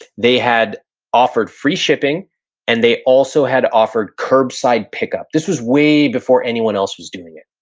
they had offered free shipping and they also had offered curbside pickup. this was way before anyone else was doing it.